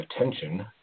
attention